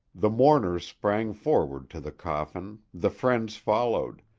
the mourners sprang forward to the coffin, the friends followed,